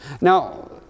Now